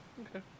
Okay